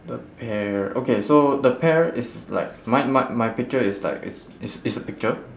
the pear okay so the pear is like mine my my picture is like it's it's it's a picture